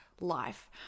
life